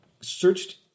searched